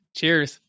Cheers